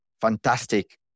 fantastic